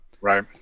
right